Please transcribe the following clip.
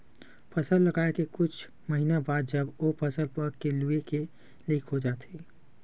फसल लगाए के कुछ महिना बाद जब ओ फसल पक के लूए के लइक हो जाथे